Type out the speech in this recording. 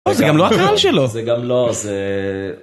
‫זה גם לא הקהל שלו. ‫-זה גם לא, זה...